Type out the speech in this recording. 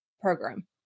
program